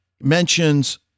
mentions